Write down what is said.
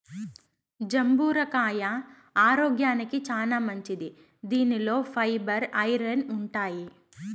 జంబూర కాయ ఆరోగ్యానికి చానా మంచిది దీనిలో ఫైబర్, ఐరన్ ఉంటాయి